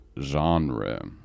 genre